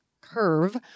curve